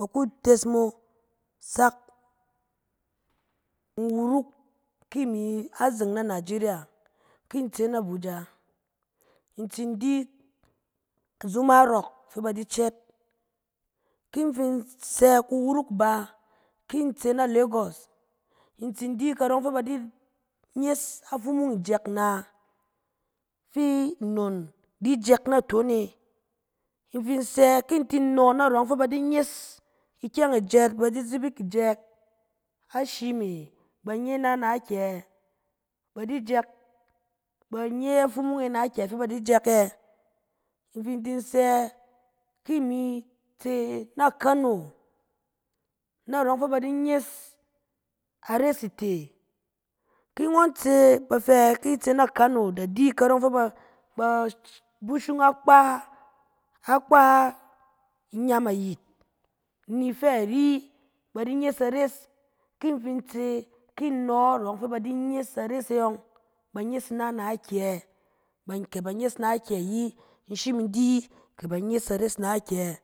Ba ku tes mo sak in turuk ki i mi azeng na najerya, ki in tseet sak na buja. In tsin di azuma rock fɛ ba di cɛɛt. Ki in fin sɛ kuwuruk bà, ki in tseet na lagos, in tsin di karɔ fɛ ba di nyes afumung ijɛk na, fi nnon di sak naton e. in fin sɛ ki in tin no narɔ fɛ ba di nyes ikyɛng ijɛk, ba di zibik ijɛk, ashi me ba di nye na na kyɛ? Ba di jɛk, ba nye afumung e na akyɛ? Fɛ ba di jɛk ɛ? In fin tin sɛ, ki imi tse na kano, narɔ yɔng fɛ ba di nyes ares ite. Ki ngɔn tse, ba fɛ, ki i tse na kano, da di karɔ yɔng ba ba kushung akpá, akpá inyam ayit ni fɛ ari, ba di nyes ares. Ki in fin in tse, ki no arɔ fɛ ba di nyes ares yɔng, ba nyes ina na akyɛ? Kɛ na ba nyes ina na kyɛ? Ayi, in shim in di kɛ ba nyes ares na akyɛ?